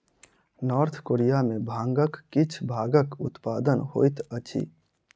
north Korea में भांगक किछ भागक उत्पादन होइत अछि